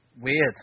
Weird